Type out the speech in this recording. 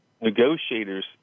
negotiators